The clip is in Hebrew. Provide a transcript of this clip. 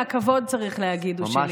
והכבוד, צריך להגיד, הם שלי.